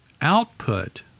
output